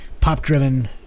pop-driven